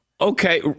Okay